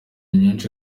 nyinshi